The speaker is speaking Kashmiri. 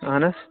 اہن حظ